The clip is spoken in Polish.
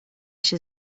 się